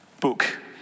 book